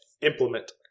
Implement